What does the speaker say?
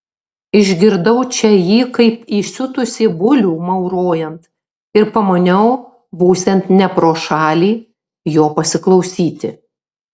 išgirdau čia jį kaip įsiutusį bulių maurojant ir pamaniau būsiant ne pro šalį jo pasiklausyti